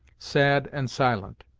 sad and silent,